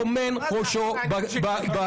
טומן את ראשו בחול.